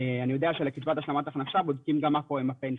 אני יודע שלקצבת השלמת הכנסה בדוקים גם מה קורה עם הפנסיה,